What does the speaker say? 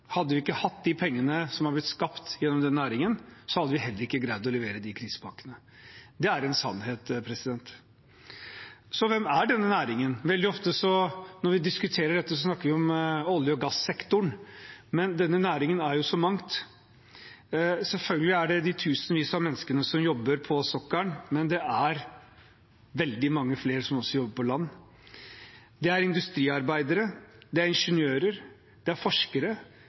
Hadde vi ikke hatt de pengene som har blitt skapt gjennom denne næringen, hadde vi heller ikke greid å levere de krisepakkene. Det er en sannhet. Så hvem er denne næringen? Veldig ofte når vi diskuterer dette, snakker vi om olje- og gassektoren, men denne næringen er så mangt. Selvfølgelig er det de tusenvis av menneskene som jobber på sokkelen, men det er også veldig mange flere som jobber på land. Det er industriarbeidere, det er ingeniører, det er forskere,